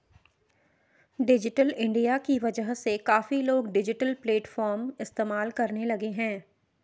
digital India की वजह से काफी लोग डिजिटल प्लेटफ़ॉर्म इस्तेमाल करने लगे हैं